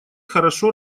хорошо